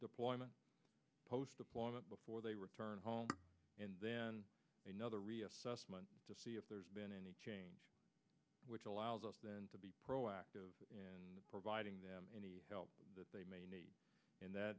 deployment post deployment before they return home and then another reassessment to see if there's been any change which allows us then to be proactive in providing them any help that they may need and that